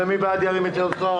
אנחנו עושים פה משהו ייחודי,